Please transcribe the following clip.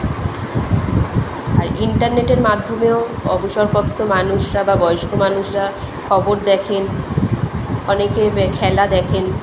আর ইন্টারনেটের মাধ্যমেও অবসরপ্রাপ্ত মানুষরা বা বয়স্ক মানুষরা খবর দেখেন অনেকে খেলা দেখেন